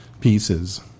pieces